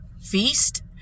feast